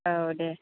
औ दे